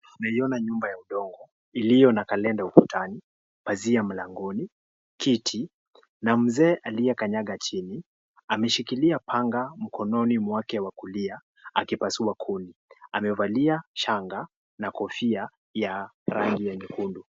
Naiona nyumba ya udongo, iliyo na kalenda ukutani, bazia mlangoni, kiti, na mzee aliye kanyaga chini. Ameshikilia panga mkononi mwake wakulia, akipasua kuni. Amevalia shanga na kofia ya rangi ya nyekundu.